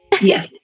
Yes